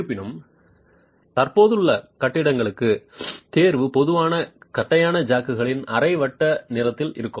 இருப்பினும் தற்போதுள்ள கட்டிடங்களுக்கு தேர்வு பொதுவாக தட்டையான ஜாக்குகளின் அரை வட்ட நிறத்தில் இருக்கும்